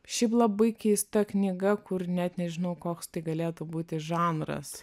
šiaip labai keista knyga kur net nežinau koks tai galėtų būti žanras